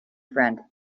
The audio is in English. friend